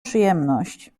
przyjemność